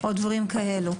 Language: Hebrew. או דברים כאלו.